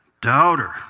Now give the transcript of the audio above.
Doubter